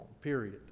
period